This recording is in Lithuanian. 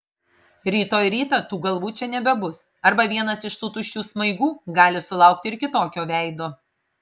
rytoj rytą tų galvų čia nebebus arba vienas iš tų tuščių smaigų gali sulaukti ir kitokio veido